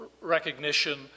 recognition